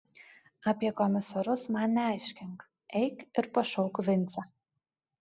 apie komisarus man neaiškink eik ir pašauk vincę